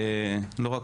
לא רק